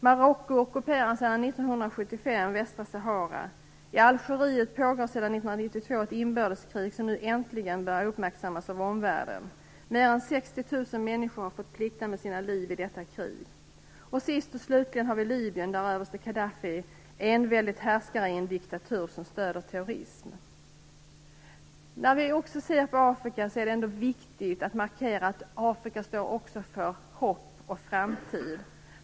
Marocko ockuperar sedan 1975 Västra Sahara. I Algeriet pågår sedan 1992 ett inbördeskrig som nu äntligen börjar uppmärksammas av omvärlden. Mer än 60 000 människor har fått plikta med sina liv i detta krig. Sist och slutligen har vi Libyen, där överste Kadhafi enväldigt härskar i en diktatur som stöder terrorism. När vi ser på Afrika är det viktigt att markera att Afrika också står för hopp och framtid.